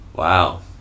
Wow